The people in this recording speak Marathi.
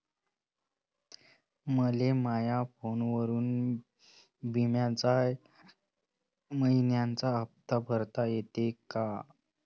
मले माया फोनवरून बिम्याचा मइन्याचा हप्ता भरता येते का?